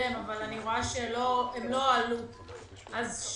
רק שזה יונח ויובא לוועדה.